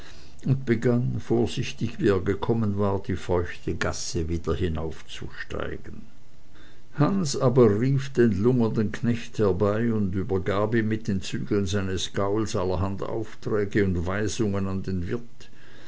und begann vorsichtig wie er gekommen war die feuchte gasse wieder hinanzusteigen hans aber rief den lungernden knecht herbei und übergab ihm mit den zügeln seines gauls allerhand aufträge und weisungen an den wirt